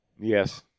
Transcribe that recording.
Yes